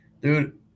Dude